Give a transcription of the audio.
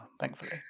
thankfully